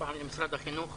הפעם עם משרד החינוך.